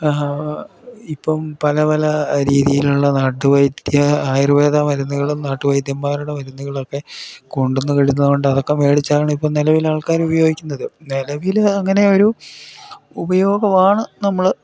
ഇപ്പം പല പല രീതിയിലുള്ള നാട്ടു വൈദ്യ ആയുർവേദ മരുന്നുകളും നാട്ടു വൈദ്യന്മാരുടെ മരുന്നുകളൊക്കെ കൊണ്ടന്ന് കിടുന്ന കൊണ്ട് അതൊക്കെ മേടിച്ചാണ് ഇപ്പം നിലവിൽ ആൾക്കാർ ഉപയോഗിക്കുന്നത് നിലവിൽ അങ്ങനെ ഒരു ഉപയോഗവാണ് നമ്മൾ